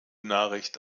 nachricht